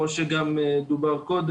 כמו שאמרת,